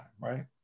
right